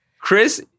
Chris